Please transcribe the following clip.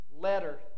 letter